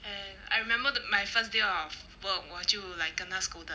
and I remember that my first day of work 我就 like kena scolded